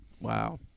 Wow